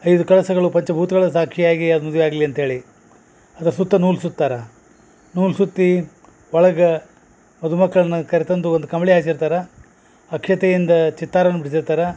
ಐದು ಕಳಸಗಳು ಪಂಚಭೂತ್ಗಳ ಸಾಕ್ಷಿಯಾಗಿ ಅವ್ರ್ ಮದ್ವೆ ಆಗಲಿ ಅಂತ್ಹೇಳೀ ಅದರ ಸುತ್ತ ನೂಲು ಸುತ್ತರ ನೂಲು ಸುತ್ತಿ ಒಳಗ್ಗ ಮಧುಮಕ್ಳನ್ನ ಕರೆತಂದು ಒಂದು ಕಂಬ್ಳಿ ಹಾಸಿರ್ತರ ಅಕ್ಷತೆಯಿಂದ ಚಿತ್ತಾರವನ್ನ ಬಿಡಿಸಿರ್ತಾರ